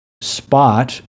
spot